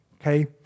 okay